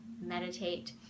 meditate